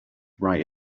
write